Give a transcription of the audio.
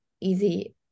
easy